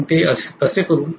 आपण ते कसे करू